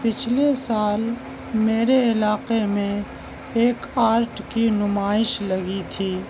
پچھلے سال میرے علاقے میں ایک آرٹ کی نمائش لگی تھی